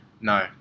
No